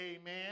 amen